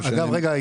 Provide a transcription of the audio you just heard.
ינון, רגע.